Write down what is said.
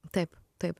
taip taip